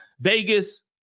Vegas